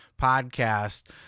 podcast